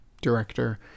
director